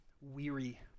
weary